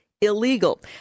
illegal